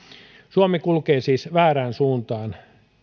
suomi kulkee siis väärään suuntaan